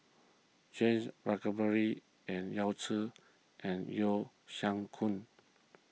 James Puthucheary and Yao Zi and Yeo Siak Goon